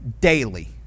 daily